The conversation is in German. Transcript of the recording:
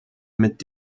mit